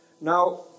Now